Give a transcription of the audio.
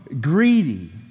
greedy